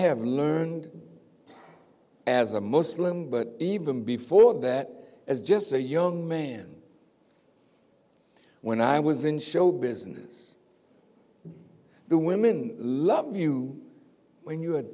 have learned as a muslim but even before that as just a young man when i was in show business the women love you when you are